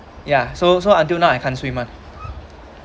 ya so so until now I can't swim [one]